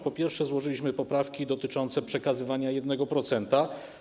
Po pierwsze, złożyliśmy poprawki dotyczące przekazywania 1%.